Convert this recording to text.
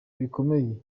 bikomeye